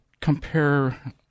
compare